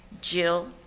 Jill